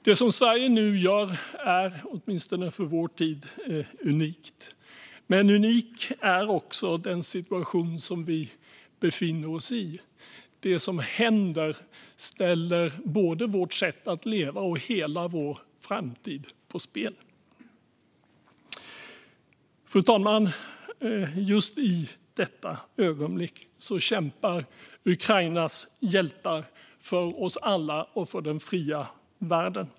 Det Sverige nu gör är, åtminstone för vår tid, unikt. Unik är också den situation som vi befinner oss i. Det som händer ställer både vårt sätt att leva och hela vår framtid på spel. Fru talman! Just i detta ögonblick kämpar Ukrainas hjältar för oss alla och för den fria världen.